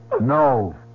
no